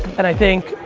and i think,